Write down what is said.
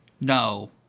no